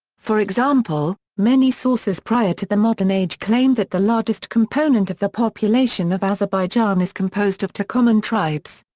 for example, many sources prior to the modern age claim that the largest component of the population of azerbaijan is composed of turcoman tribes.